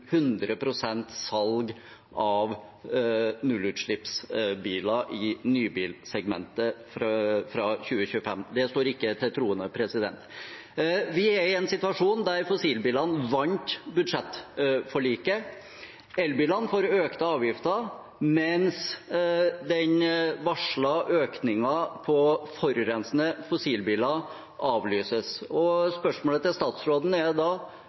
salg av nullutslippsbiler i nybilsegmentet fra 2025. Det står ikke til troende. Vi er i en situasjon der fossilbilene vant budsjettforliket. Elbilene får økte avgifter, mens den varslede økningen på forurensende fossilbiler avlyses. Spørsmålet til statsråden er da: